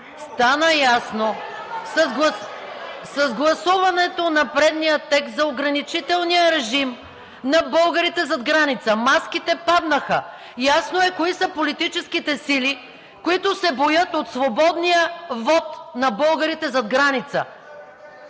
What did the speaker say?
Стана ясно с гласуването на предния текст – за ограничителния режим на българите зад граница, маските паднаха. Ясно е кои са политическите сили, които се боят от свободния вот на българите зад граница.